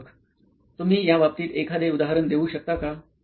प्राध्यापक तुम्ही या बाबतीत एखादे उदाहरण देऊ शकता का